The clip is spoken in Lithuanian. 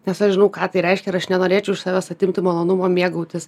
nes aš žinau ką tai reiškia ir aš nenorėčiau iš savęs atimti malonumo mėgautis